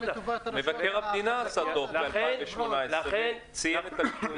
מבקר המדינה הגיש דוח ב-2018 וציין את הליקויים.